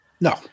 No